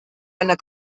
einer